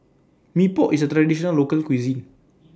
Mee Pok IS A Traditional Local Cuisine